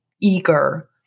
eager